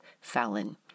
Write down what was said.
Fallon